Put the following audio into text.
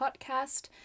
podcast